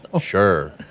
Sure